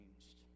changed